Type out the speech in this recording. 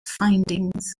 findings